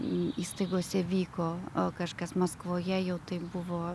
įstaigose vyko kažkas maskvoje jau tai buvo